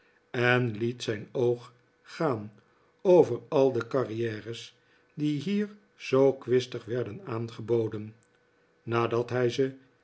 en liet zijn oog gaan over al de carriere's die hier zoo kwistig werden aangeboden nadat hij ze